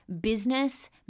business